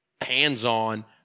hands-on